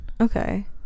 okay